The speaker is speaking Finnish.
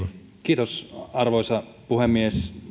kiitos arvoisa puhemies